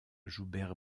joubert